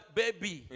baby